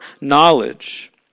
knowledge